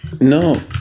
No